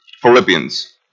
Philippians